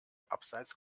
abseits